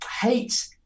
hate